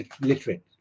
literate